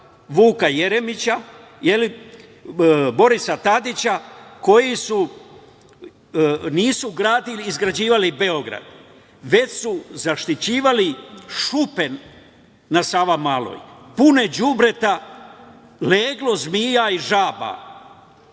Vuka Jeremića, Borisa Tadića, koji nisu izgrađivali Beograd, već su zaštićivali šupe na Sava maloj, pune đubreta, leglo zmija i žaba.